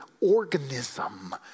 organism